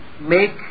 make